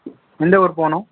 எந்த ஊர் போகனும்